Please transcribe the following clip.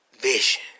vision